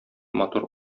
матур